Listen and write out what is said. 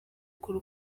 kure